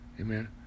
Amen